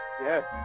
Yes